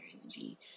energy